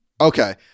okay